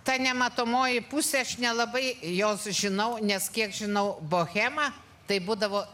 ta nematomoji pusė aš nelabai jos žinau nes kiek žinau bohema tai būdavo